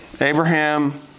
Abraham